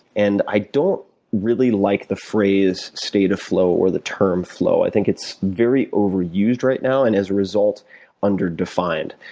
and i don't really like the phrase state of flow or the term flow. i think it's very overused right now, and as a result under-defined.